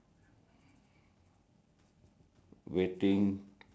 hi can you start the can we do the fishing first